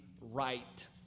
right